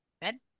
Ben